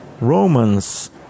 Romans